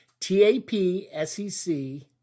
TAPSEC